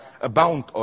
abound